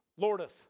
lordeth